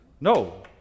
No